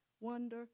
Wonder